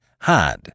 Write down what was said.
had